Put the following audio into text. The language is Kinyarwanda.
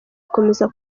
gukomeza